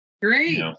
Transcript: Great